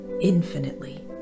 infinitely